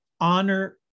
honor